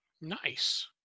nice